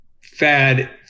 fad